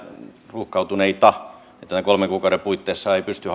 ruuhkautuneita että näiden kolmen kuukauden puitteissa ei pysty